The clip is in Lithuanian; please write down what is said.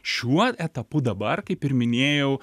šiuo etapu dabar kaip ir minėjau